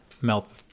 melt